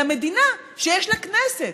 אלא מדינה שיש לה כנסת.